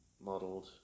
modeled